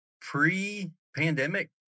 pre-pandemic